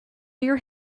your